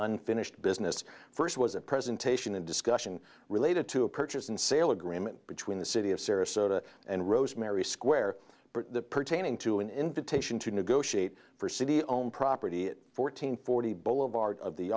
unfinished business first was a presentation and discussion related to a purchase and sale agreement between the city of sarasota and rosemary square pertaining to an invitation to negotiate for city owned property fourteen forty boulevard of the